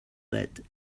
that